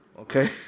okay